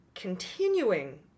continuing